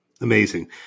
Amazing